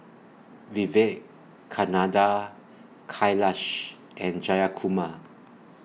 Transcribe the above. Vivekananda Kailash and Jayakumar